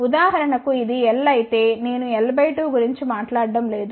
ఉదాహరణకుఇది l అయితే నేను l 2 గురించి మాట్లాడటం లేదు